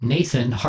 Nathan